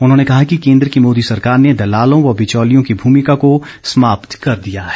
उन्होंने कहा कि केन्द्र की मोदी सरकार ने दलालों व बिचौलियों की भूमिका को समाप्त कर दिया है